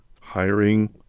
hiring